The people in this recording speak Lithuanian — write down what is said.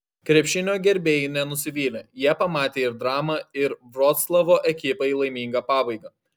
krepšinio gerbėjai nenusivylė jie pamatė ir dramą ir vroclavo ekipai laimingą pabaigą